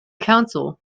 council